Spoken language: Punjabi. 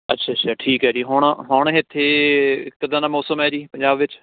ਅੱਛਾ ਅੱਛਾ ਠੀਕ ਹੈ ਜੀ ਹੁਣ ਹੁਣ ਇੱਥੇ ਕਿੱਦਾਂ ਦਾ ਮੌਸਮ ਹੈ ਜੀ ਪੰਜਾਬ ਵਿੱਚ